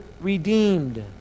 redeemed